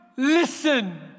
Listen